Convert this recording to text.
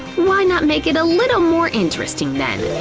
why not make it a little more interesting then?